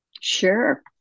Sure